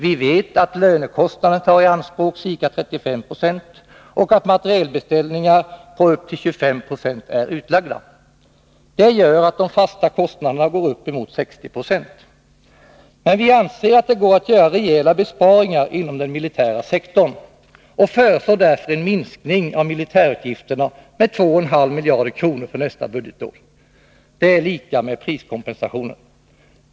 Vi vet att lönekostnaderna tar i anspråk ca 35 90 och att materielbeställningar på upp till 25 96 är utlagda. Det gör att de fasta kostnaderna går upp mot 60 926. Men vi anser att det går att göra rejäla besparingar inom den militära sektorn och föreslår därför en minskning av militärutgifterna med 2,5 miljarder kronor för nästa budgetår. Det är lika med priskompensationen.